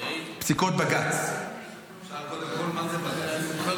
שאל קודם כול מה זה בג"ץ.